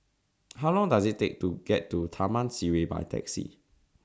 How Long Does IT Take to get to Taman Sireh By Taxi